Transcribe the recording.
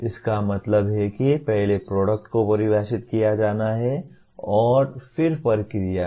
इसका मतलब है कि पहले प्रोडक्ट को परिभाषित किया जाना है और फिर प्रक्रिया है